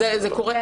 זה קורה.